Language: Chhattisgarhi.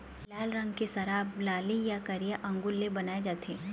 लाल रंग के शराब लाली य करिया अंगुर ले बनाए जाथे